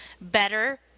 better